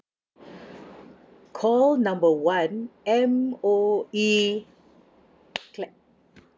call number one M_O_E clap